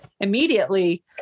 immediately